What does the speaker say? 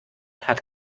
hat